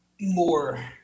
more